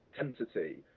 intensity